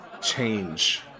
change